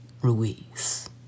Ruiz